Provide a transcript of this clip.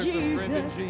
Jesus